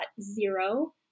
zero